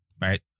right